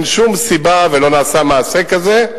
אין שום סיבה ולא נעשה מעשה כזה.